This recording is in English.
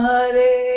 Hare